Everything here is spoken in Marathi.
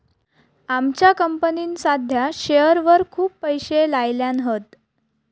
आमच्या कंपनीन साध्या शेअरवर खूप पैशे लायल्यान हत